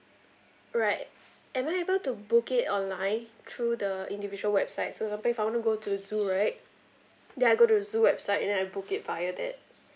right am I able to book it online through the individual websites so example if I want to go to zoo right then I go to the zoo website and then I book it via that